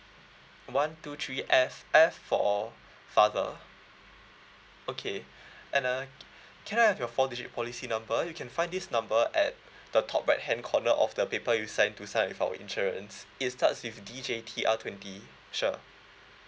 one two three F F for father okay and uh can I have your four digit policy number you can find this number at the top right hand corner of the paper you signed to sign with our insurance it starts with D J T R twenty sure